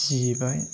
जिबाय